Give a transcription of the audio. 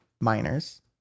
miners